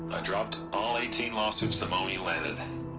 i dropped. all eighteen lawsuits the moment you landed